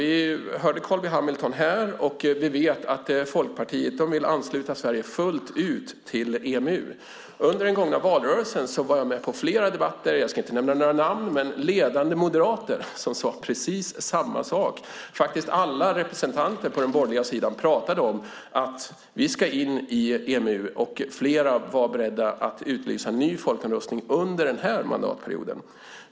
Vi hörde Carl B Hamilton här, och vi vet att Folkpartiet vill ansluta Sverige fullt ut till EMU. Under den gångna valrörelsen var jag med på flera debatter. Jag ska inte nämna några namn, men ledande moderater som sade precis samma sak, faktiskt alla representanter på den borgerliga sidan, pratade om att vi ska in i EMU, och flera var beredda att utlysa en ny folkomröstning under den här mandatperioden.